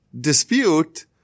dispute